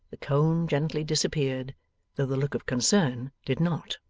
the cone gently disappeared, though the look of concern did not.